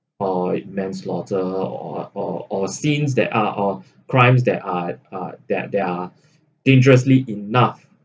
or manslaughter or or or scenes that are or crimes that are are that there are dangerously enough